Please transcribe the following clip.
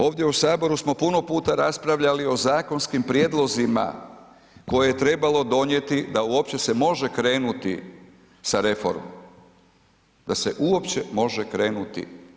Ovdje u Saboru smo puno puta raspravljali o zakonskim prijedlozima koje je trebalo donijeti da uopće se može krenuti sa reformom, da se uopće može krenuti.